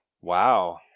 Wow